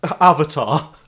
Avatar